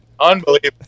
Unbelievable